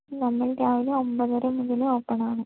നമ്മള് രാവിലെ ഒമ്പതര മുതല് ഓപ്പണാണ്